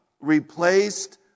replaced